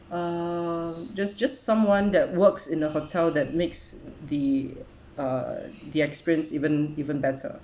uh just just someone that works in the hotel that makes the uh the experience even even better